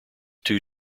two